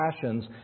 passions